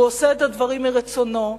הוא עושה את הדברים מרצונו,